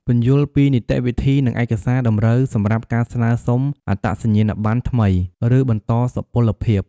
ពន្យល់ពីនីតិវិធី និងឯកសារតម្រូវសម្រាប់ការស្នើសុំអត្តសញ្ញាណប័ណ្ណថ្មី ឬបន្តសុពលភាព។